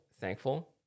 thankful